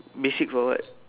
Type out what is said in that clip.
basic for what